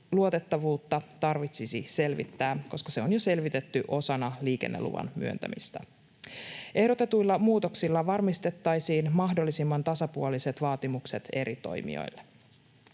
luotettavuutta tarvitsisi selvittää, koska se on jo selvitetty osana liikenneluvan myöntämistä. Ehdotetuilla muutoksilla varmistettaisiin mahdollisimman tasapuoliset vaatimukset eri toimijoille.